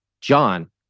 john